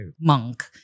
Monk